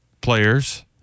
players